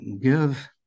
give